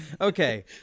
okay